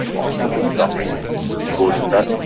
i'm probably suffering because of that.